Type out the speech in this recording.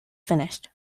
finished